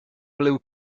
blue